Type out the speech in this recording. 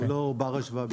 זה לא בר השוואה.